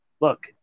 look